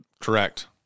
Correct